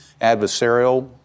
adversarial